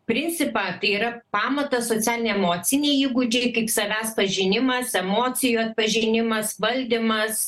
principą tai yra pamatas socialiniai emociniai įgūdžiai kaip savęs pažinimas emocijų atpažinimas valdymas